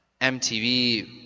MTV